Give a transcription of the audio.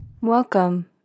Welcome